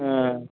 ಹಾಂ